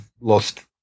lost